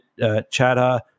Chadha